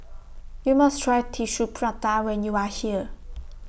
YOU must Try Tissue Prata when YOU Are here